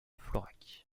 florac